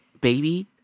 baby